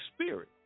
Spirit